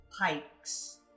pikes